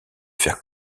faire